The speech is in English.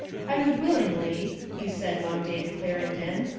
i would willingly, he said one day to clarendon,